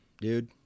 dude